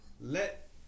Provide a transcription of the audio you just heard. Let